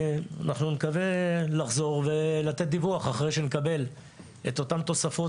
אנחנו נקווה לחזור ולתת דיווח אחרי שנקבל את אותן תוספות,